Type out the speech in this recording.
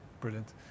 brilliant